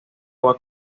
agua